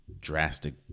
drastic